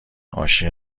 عاشق